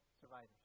survivors